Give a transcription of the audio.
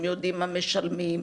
הם יודעים מה משלמים,